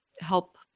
help